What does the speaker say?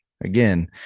again